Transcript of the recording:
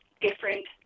different